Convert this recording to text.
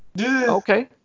okay